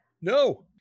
No